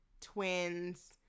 twins